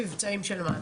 ממד"א,